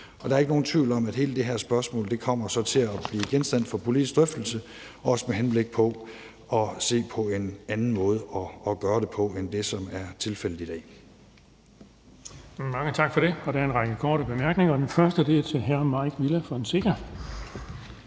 der er ikke nogen tvivl om, at hele det her spørgsmål så kommer til at blive genstand for politisk drøftelse, også med henblik på at se på en anden måde at gøre det på end det, som er tilfældet i dag.